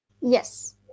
Yes